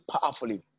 powerfully